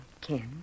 Ken